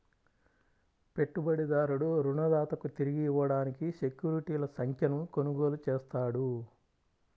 పెట్టుబడిదారుడు రుణదాతకు తిరిగి ఇవ్వడానికి సెక్యూరిటీల సంఖ్యను కొనుగోలు చేస్తాడు